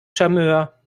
charmeur